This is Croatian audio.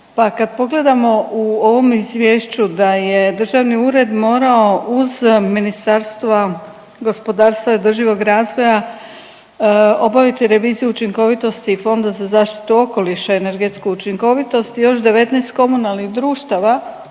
pa kad pogledamo u ovom izvješću da je Državni ured morao uz Ministarstva gospodarstva i održivog razvoja obaviti reviziju učinkovitosti i Fonda za zaštitu okoliša i energetsku učinkovitost i još 19 komunalnih društava